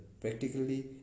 practically